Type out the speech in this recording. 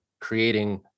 creating